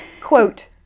quote